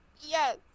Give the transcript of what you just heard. Yes